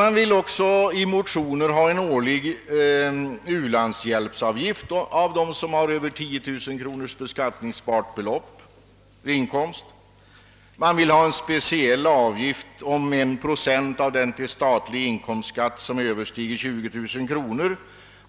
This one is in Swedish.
Man vill också i motioner ha en årlig u-landshjälpavgift av dem som har mer än 10000 kronor i beskattningsbar inkomst. Man vill ha en speciell avgift på 1 procent av den till statlig inkomstskatt deklarerade inkomst som överstiger 20 000 kronor,